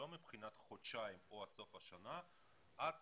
לא מבחינת חודשיים או עד סוף השנה אלא עד